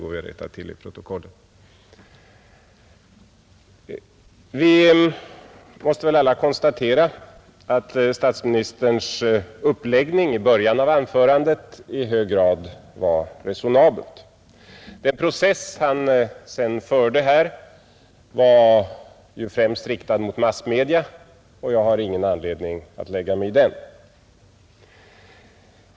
Vi måste väl alla konstatera att statsministerns uppläggning i början av anförandet i hög grad var resonabel, Den process han sedan förde var främst riktad mot massmedia och jag har ingen anledning att lägga mig i den.